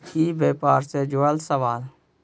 ई व्यापार से जुड़ल सवाल?